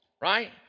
right